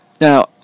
now